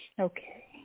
Okay